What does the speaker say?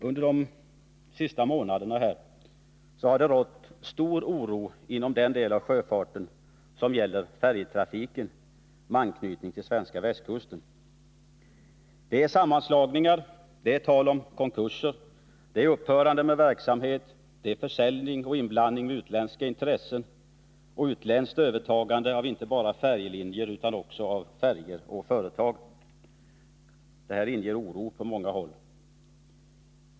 Under de senaste månaderna har det rått stor oro inom den del av sjöfarten som gäller färjetrafiken med anknytning till den svenska västkusten. Det är sammanslagningar, det är tal om konkurser, det är upphörande av verksamhet, det är försäljning, inblandning av utländska intressen och utländskt övertagande, inte bara av färjelinjer, utan också av färjor och företag. Detta inger oro på många håll.